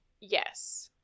Yes